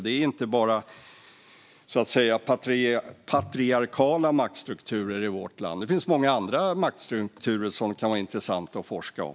Det är inte bara patriarkala maktstrukturer i vårt land, utan det finns många andra maktstrukturer som kan vara intressanta att forska om.